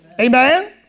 Amen